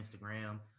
Instagram